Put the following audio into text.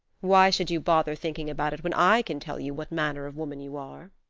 why should you bother thinking about it when i can tell you what manner of woman you are.